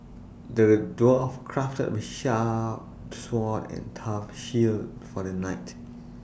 the dwarf crafted A sharp sword and tough shield for the knight